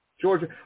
Georgia